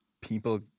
people